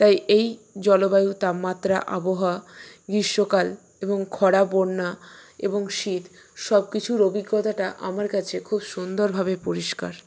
তাই এই জলবায়ু তাপমাত্রা আবহাওয়া গ্রীষ্মকাল এবং খরা বন্যা এবং শীত সবকিছুর অভিজ্ঞতাটা আমার কাছে খুব সুন্দরভাবে পরিষ্কার